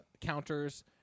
counters